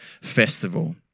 festival